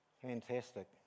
Fantastic